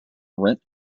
rent